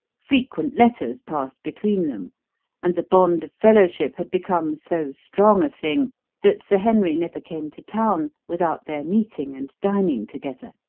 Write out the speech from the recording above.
frequent letters passed between them and the bond of fellowship had become so strong a thing that sir henry never came to town without their meeting and dining together.